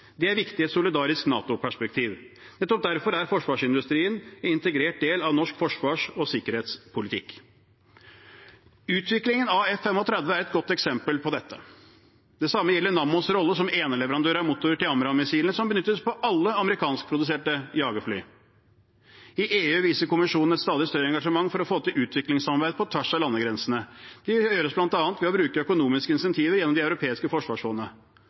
Det er viktig i et solidarisk NATO-perspektiv. Nettopp derfor er forsvarsindustrien en integrert del av norsk forsvars- og sikkerhetspolitikk. Utviklingen av F-35 er et godt eksempel på dette. Det samme gjelder Nammos rolle som eneleverandør av motorer til AMRAAM-missilene, som benyttes på alle amerikanskproduserte jagerfly. I EU viser kommisjonen et stadig større engasjement for å få til utviklingssamarbeid på tvers av landegrensene. Det gjøres bl.a. ved å bruke økonomiske incentiver gjennom det europeiske forsvarsfondet.